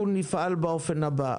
אנחנו נפעל באופן הבא: